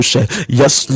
Yes